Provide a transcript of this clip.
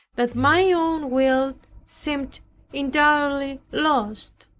that my own will seemed entirely lost.